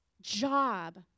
job